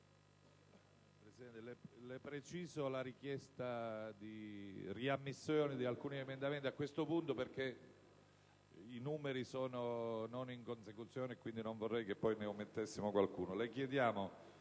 Presidente, preciso la richiesta di riammissione di alcuni emendamenti perché i numeri non sono consecutivi e quindi non vorrei che ne omettessimo qualcuno.